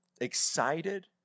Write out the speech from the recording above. excited